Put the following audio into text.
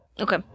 Okay